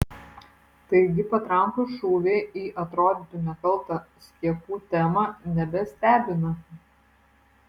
taigi patrankų šūviai į atrodytų nekaltą skiepų temą nebestebina